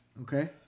Okay